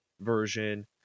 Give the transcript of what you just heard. version